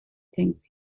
things